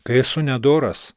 kai esu nedoras